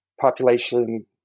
population